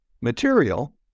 material